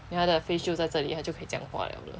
then 他的 face 就在这里他就可以讲话了了